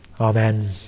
Amen